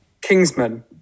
Kingsman